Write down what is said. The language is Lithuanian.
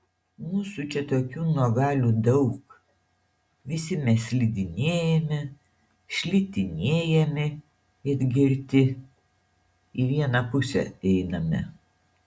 mūsų čia tokių nuogalių daug visi mes slidinėjame šlitinėjame it girti į vieną pusę einame